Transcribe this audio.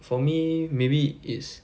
for me maybe is